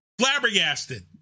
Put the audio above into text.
flabbergasted